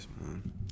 man